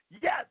Yes